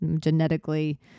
genetically